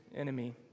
enemy